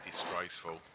disgraceful